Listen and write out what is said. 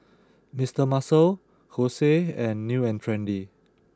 Mister Muscle Kose and New and Trendy